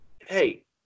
hey